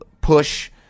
push